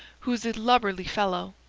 who's a lubberly fellow,